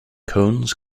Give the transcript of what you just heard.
cones